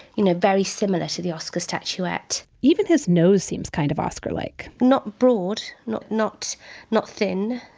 you know, very similar to the oscar statuette. even his nose seems kind of oscar like not broad, not not not thin,